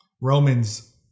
Romans